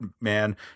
man